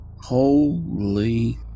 Holy